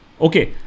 Okay